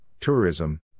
tourism